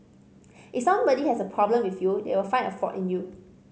if somebody has a problem with you they will find a fault in you